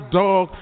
dog